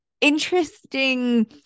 interesting